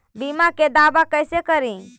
बीमा के दावा कैसे करी?